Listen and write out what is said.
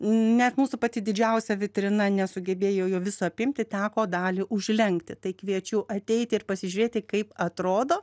net mūsų pati didžiausia vitrina nesugebėjo jo viso apimti teko dalį užlenkti tai kviečiu ateiti ir pasižiūrėti kaip atrodo